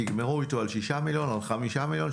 תגמרו איתו על שישה מיליון או על חמישה מיליון,